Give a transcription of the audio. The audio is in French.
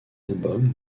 album